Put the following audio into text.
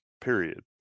period